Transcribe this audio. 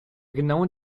genauen